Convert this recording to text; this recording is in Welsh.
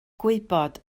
gwybod